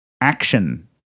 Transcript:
action